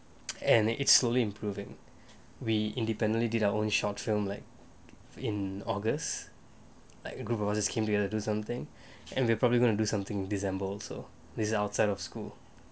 and it's slowly improving we independently did our own short film like in august like group of others came together to do something and we'll probably gonna do something december also this is outside of school